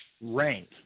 rank